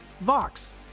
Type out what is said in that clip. Vox